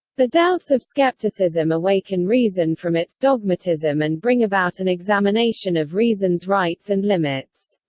the doubts of skepticism awaken reason from its dogmatism and bring about an examination of reason's rights and limits.